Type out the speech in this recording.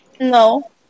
No